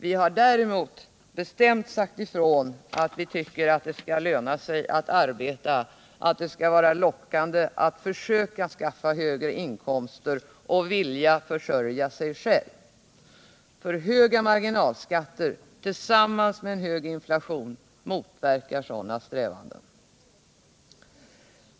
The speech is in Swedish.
Vi har däremot bestämt sagt ifrån att vi tycker att det skall löna sig att arbeta, det skall vara lockande att försöka skaffa högre inkomster och försörja sig själv. För höga marginalskatter tillsammans med för hög inflation motverkar sådana strävanden.